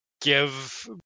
give